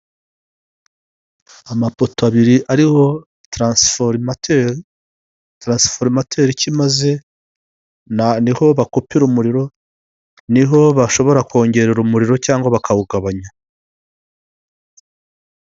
Amapoto abiri ariho taransiforumateri, taransiforumateri icyo imaze: ni ho bakupira umuriro, ni ho bashobora kongerera umuriro cyangwa bakawugabanya.